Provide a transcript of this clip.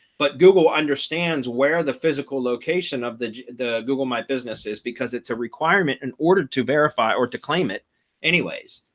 but google understands where the physical location of the the google my business is, because it's a requirement in order to verify or to claim it anyways,